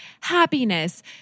happiness